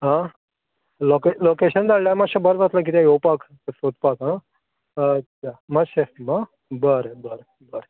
Locke location धाडल्या मात्शें बरें जातलें किद्या येवपाक सोदपाक आ हय या मात्शें बरें बरें बरें